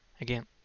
again